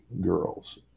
girls